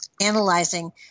analyzing